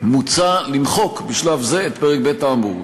מוצע למחוק בשלב זה את פרק ב' האמור.